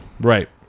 Right